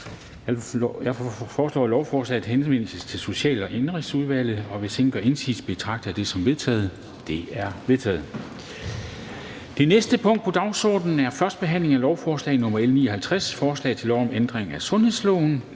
Jeg foreslår, at lovforslaget henvises til Social- og Indenrigsudvalget. Hvis ingen gør indsigelse, betragter jeg det som vedtaget. Det er vedtaget. --- Det næste punkt på dagsordenen er: 5) 1. behandling af lovforslag nr. L 59: Forslag til lov om ændring af sundhedsloven.